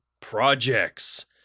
projects